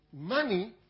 money